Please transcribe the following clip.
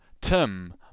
Tim